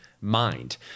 mind